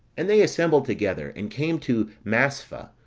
and they assembled together, and came to maspha,